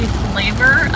flavor